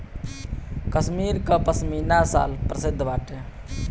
कश्मीर कअ पशमीना शाल प्रसिद्ध बाटे